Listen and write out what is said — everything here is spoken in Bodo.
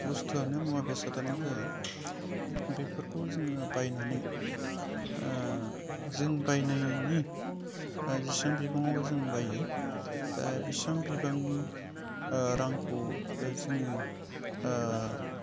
बुस्तुआनो मुवा बेसादानो जाया बेफोरखौ जोङो बायनानै जों बायनायनि जेसेबां बिबाङाव जों बायो दा बेसेबां बिबांनि रांखौ जोङो